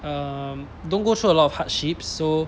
um don't go through a lot of hardship so